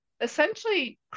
essentially